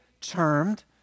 termed